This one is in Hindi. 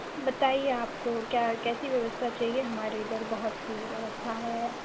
बताइए आपको क्या कैसी व्यवस्था चाहिए हमारे इधर बहुत सी व्यवस्था है